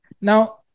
now